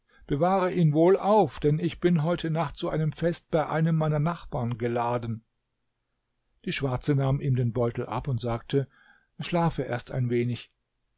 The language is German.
bewahre ihn wohl auf denn ich bin heute nacht zu einem fest bei einem meiner nachbarn geladen die schwarze nahm ihm den beutel ab und sagte schlafe erst ein wenig